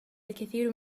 الكثير